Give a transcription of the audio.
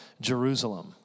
Jerusalem